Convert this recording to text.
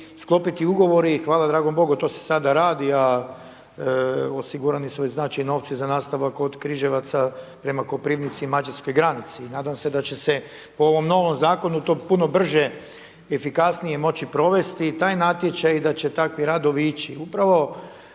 sklopiti ugovori i hvala dragom Bogu to se sada radi a osigurani su već znači i novci za nastavak od Križevaca prema Koprivnici i Mađarskoj granici. I nadam se da će se po ovom novom zakonu to puno brže i efikasnije moći provesti i taj natječaj i da će takvi radovi ići. Upravo